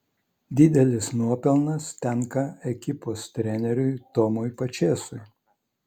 didelis nuopelnas tenka ekipos treneriui tomui pačėsui